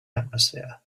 atmosphere